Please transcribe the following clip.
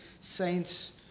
saints